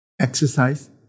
exercise